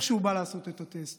איך שהוא בא לעשות את הטסט,